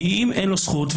אם אין לו זכות,